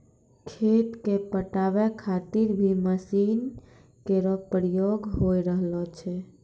खेत क पटावै खातिर भी मसीन केरो प्रयोग होय रहलो छै